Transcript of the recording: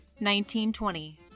1920